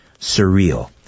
surreal